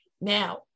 Now